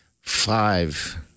Five